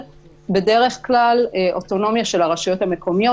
בדרך-כלל אוטונומיה של הרשויות המקומיות,